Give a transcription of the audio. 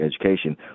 education